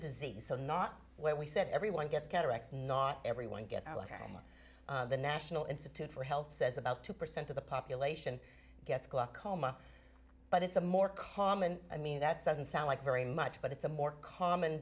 disease so not where we said everyone gets cataracts not everyone gets the national institute for health says about two percent of the population gets glaucoma but it's a more common i mean that doesn't sound like very much but it's a more common